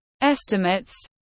Estimates